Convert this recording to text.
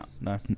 no